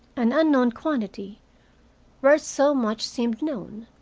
an unknown quantity where so much seemed known,